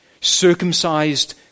Circumcised